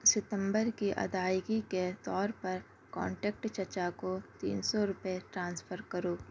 ستمبر کی ادائیگی کے طور پر کانٹیکٹ چچا کو تین سو روپئے ٹرانسفر کرو